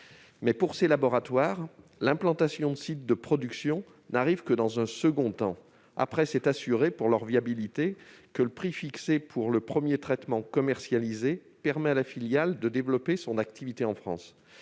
Mais pour ces laboratoires, l'implantation de sites de production n'arrive que dans un second temps, après qu'ils se sont assurés, pour leur viabilité, que le prix fixé pour le premier traitement commercialisé permet à la filiale de développer son activité en France.